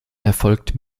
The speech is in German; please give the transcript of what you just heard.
erfolgt